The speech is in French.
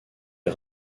les